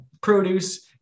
produce